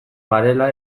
garela